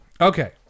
Okay